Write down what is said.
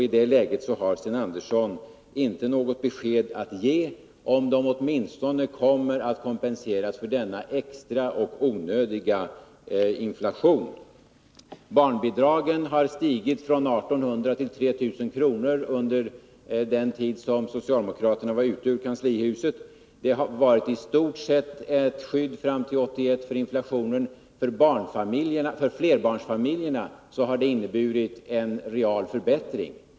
I det läget har Sten Andersson inte något besked att ge om de åtminstone kommer att kompenseras för denna extra och onödiga inflation. Barnbidragen har stigit från 1800 kr. till 3 000 kr. under den tid som st socialdemokraterna var ute ur kanslihuset. Det har i stort sett varit ett skydd fram till 1981 för inflationen. För flerbarnsfamiljerna har det inneburit en real förbättring.